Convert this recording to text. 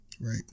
Right